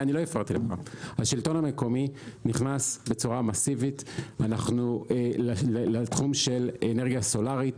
השלטון המקומי נכנס בצורה מסיבית לתחום של אנרגיה סולארית.